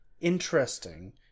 interesting